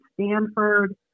Stanford